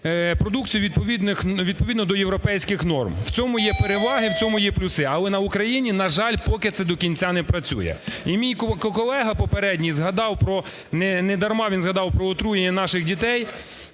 продукцію відповідно до європейських норм. В цьому є переваги, в цьому є плюси, але на Україні, на жаль, поки це до кінця не працює. І мій колега попередній згадав про… недарма він згадав про отруєння наших дітей,